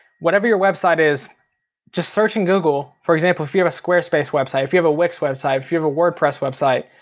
whatever your website is just search in google, for example if you have a square space website, if you have a wix website, you have a wordpress website,